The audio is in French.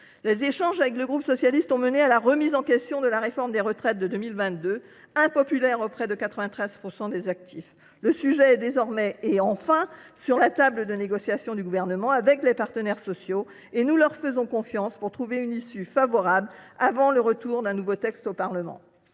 Les échanges avec le groupe socialiste ont mené à la remise en question de la réforme des retraites de 2022, impopulaire auprès de 93 % des actifs. Le sujet est enfin sur la table des négociations du Gouvernement avec les partenaires sociaux. Nous leur faisons confiance pour trouver une issue favorable avant le retour d’un nouveau texte au Parlement.